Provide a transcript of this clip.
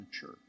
church